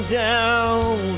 down